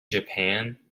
japan